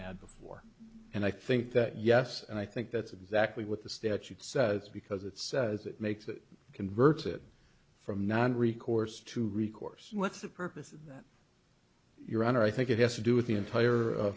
had before and i think that yes and i think that's exactly what the statute says because it says it makes it converts it from non recourse to recourse what's the purpose of that your honor i think it has to do with the entire